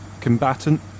combatant